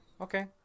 Okay